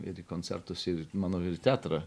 ir į koncertus ir manau ir į teatrą